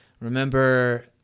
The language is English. remember